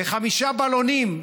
ובלונים,